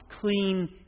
clean